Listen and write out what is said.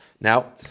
Now